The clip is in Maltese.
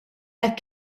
hekk